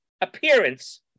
appearance